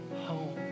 home